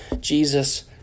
Jesus